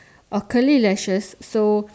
or curly lashes so